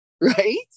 Right